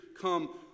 come